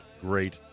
great